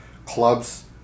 clubs